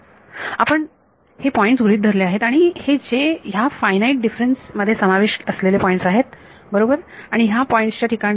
आपण हे पॉईंट्स गृहीत धरले आहेत आणि हे जे ह्या फायनाईट डिफरन्स मध्ये समावेश असलेले पॉईंट्स आहेत बरोबर आणि ह्या पॉईंट्स च्या ठिकाणचे